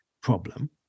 problem